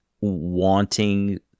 wanting